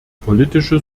politische